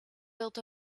built